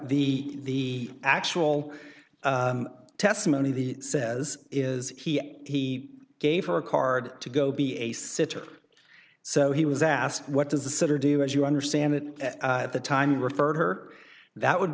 know the actual testimony of the says is he gave her a card to go be a sitter so he was asked what does the sitter do as you understand it at the time you referred her that would